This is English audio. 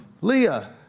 Leah